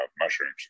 mushrooms